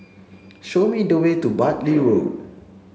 show me the way to Bartley Road